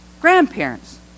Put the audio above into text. grandparents